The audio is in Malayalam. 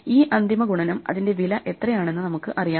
ഈ അന്തിമ ഗുണനം അതിന്റെ വില എത്രയാണെന്ന് നമുക്ക് അറിയാം